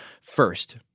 First